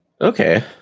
okay